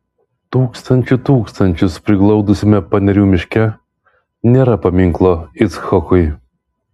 tūkstančių tūkstančius priglaudusiame panerių miške nėra paminklo icchokui